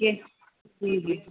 جی جی جی